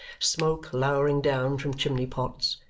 smoke lowering down from chimney-pots,